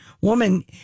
woman